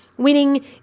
winning